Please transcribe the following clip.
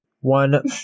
One